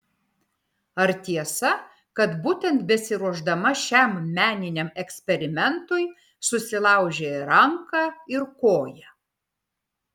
ar tiesa kad būtent besiruošdama šiam meniniam eksperimentui susilaužei ranką ir koją